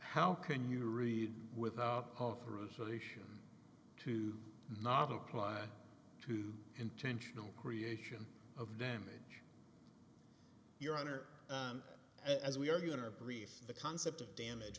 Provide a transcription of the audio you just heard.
how can you read without authorization to not apply to intentional creation of damage your honor as we are going to brief the concept of damage